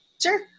Sure